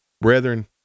brethren